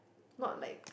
not like